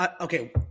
okay